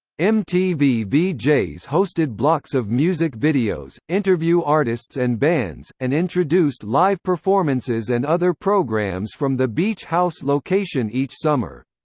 mtv vjs hosted blocks of music videos, interview artists and bands, and introduced live performances and other programs from the beach house location each summer.